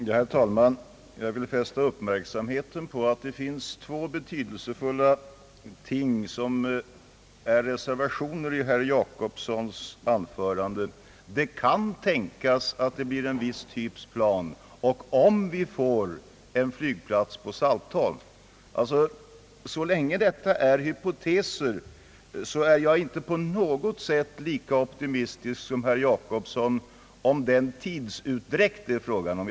Herr talman! Jag vill fästa uppmärksamheten på att det finns två betydelsefulla reservationer i herr Jacobssons anförande. Det kan tänkas, sade herr Jacobsson, att det blir en viss typ av plan, och om vi får en flygplats på Salthom, så inträffar det och det. Så länge vi har att röra oss med hypoteser i dessa hänseenden är jag inte på något sätt lika optimistisk som herr Jacobsson vad beträffar den tidsutdräkt det är fråga om.